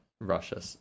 russia